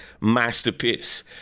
masterpiece